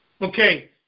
Okay